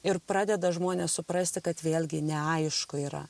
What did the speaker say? ir pradeda žmonės suprasti kad vėlgi neaišku yra